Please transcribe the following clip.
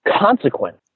consequence